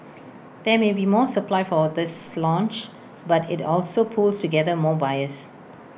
there may be more supply for this launch but IT also pools together more buyers